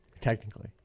Technically